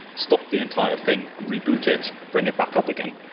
stop the entire thing, reboot it, bring it back up again.